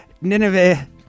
Nineveh